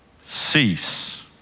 cease